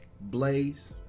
Blaze